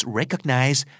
recognize